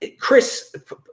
Chris